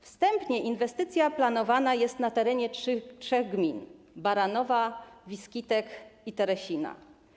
Wstępnie inwestycja planowana jest na terenie trzech gmin: Baranowa, Wiskitek i Teresina.